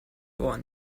ohren